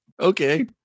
Okay